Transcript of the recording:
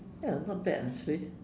ya not bad ah actually